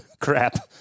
crap